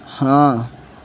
ہاں